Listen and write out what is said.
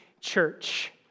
church